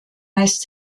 meist